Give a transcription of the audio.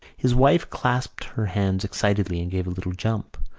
his wife clasped her hands excitedly and gave a little jump.